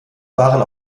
waren